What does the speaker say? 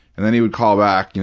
and then he would call back, you know